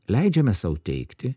leidžiame sau teigti